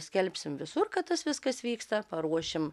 skelbsim visur kad tas viskas vyksta paruošim